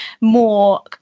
more